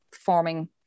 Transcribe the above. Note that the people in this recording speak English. forming